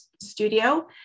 studio